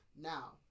now